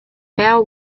bell